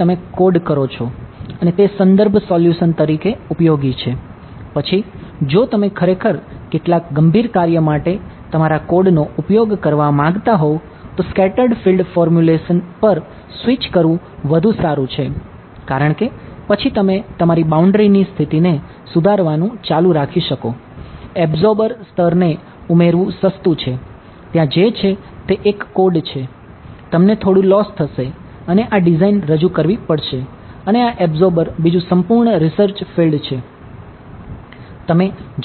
તમે